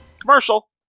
Commercial